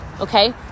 Okay